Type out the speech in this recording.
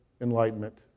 enlightenment